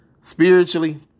spiritually